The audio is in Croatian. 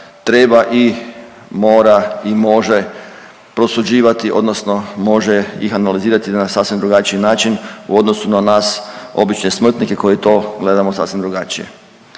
treba i mora i može prosuđivati, odnosno može ih analizirati na sasvim drugačiji način u odnosu na nas obične smrtnike koji to gledamo sasvim drugačije.